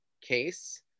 case